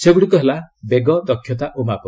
ସେଗୁଡ଼ିକ ହେଲା ବେଗ ଦକ୍ଷତା ଓ ମାପ